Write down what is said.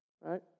Right